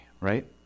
right